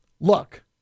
look